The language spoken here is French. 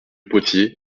potier